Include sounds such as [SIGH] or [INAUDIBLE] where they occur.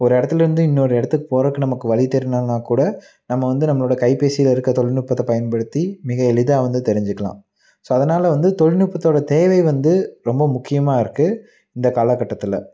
ஒரு இடத்துலேருந்து இன்னோரு இடத்துக்கு போகறதுக்கு நமக்கு வழி தெரில [UNINTELLIGIBLE] கூட நம்ம வந்து நம்மளோட கைபேசியில இருக்க தொழில்நுட்பத்தை பயன்படுத்தி மிக எளிதாக வந்து தெரிஞ்சிக்கலாம் ஸோ அதனால் வந்து தொழில்நுட்பத்தோட தேவை வந்து ரொம்ப முக்கியமாக இருக்கு இந்த காலகட்டத்தில்